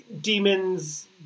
demons